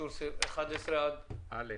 אין נמנעים, סעיפים (11)